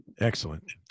Excellent